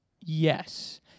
Yes